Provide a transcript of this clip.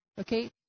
Okay